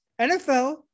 NFL